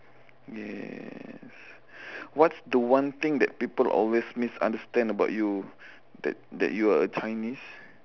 yes what's the one thing that people always misunderstand about you that that you are a chinese